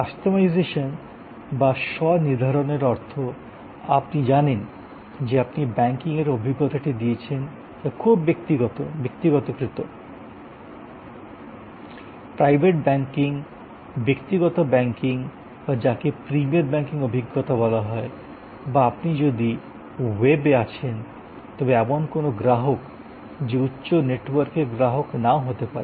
customisation বা স্বনির্ধারনের অর্থ আপনি জানেন যে আপনি ব্যাংকিংয়ের অভিজ্ঞতাটি দিয়েছেন যা খুব ব্যক্তিগতকৃত প্রাইভেট ব্যাংকিং ব্যক্তিগত ব্যাংকিং বা যাকে প্রিমিয়ার ব্যাংকিং অভিজ্ঞতা বলা হয় বা আপনি যদি ওয়েবে আছেন তবে এমন কোনও গ্রাহক যে উচ্চ নেটওয়ার্কের গ্রাহক নাও হতে পারেন